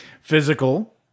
Physical